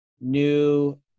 new